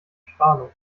strahlung